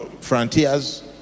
frontiers